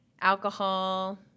alcohol